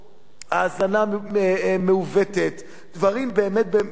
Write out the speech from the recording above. הזנה מעוותת, דברים באמת נוראיים.